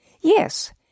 Yes